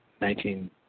nineteen